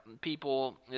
people